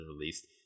released